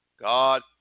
God